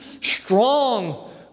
strong